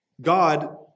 God